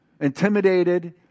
intimidated